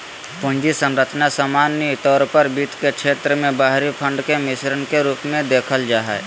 पूंजी संरचना सामान्य तौर पर वित्त के क्षेत्र मे बाहरी फंड के मिश्रण के रूप मे देखल जा हय